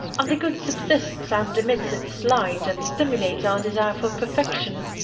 and the good subsists and emits its light and stimulates our desire for perfection.